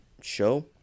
show